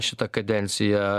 aš šitą kadenciją